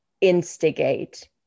instigate